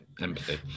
empathy